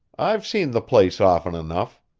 i've seen the place often enough.